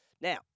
Now